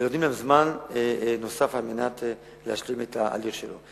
ונותנים להם זמן נוסף על מנת להשלים את ההליך שלו.